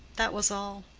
that was all.